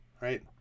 Right